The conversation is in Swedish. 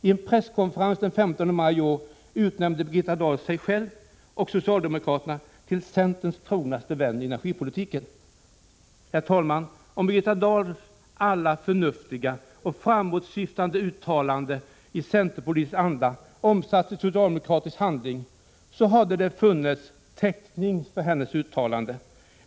På presskonferensen den 15 maj i år utnämnde Birgitta Dahl sig själv och socialdemokraterna till centerns trognaste vänner i energipolitiken. Herr talman! Om Birgitta Dahls alla förnuftiga och framåtsyftande uttalanden i centerpolitisk anda omsatts i socialdemokratisk handling, hade det funnits täckning för hennes uttalande.